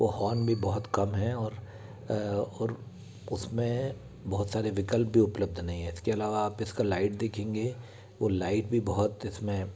वो हॉर्न भी बहुत कम है और और उसमें बहुत सारे विकल्प भी उपलब्ध नहीं है इसके अलावा आप इसका लाइट देखेंगे वो लाइट भी बहुत इसमें